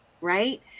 right